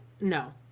no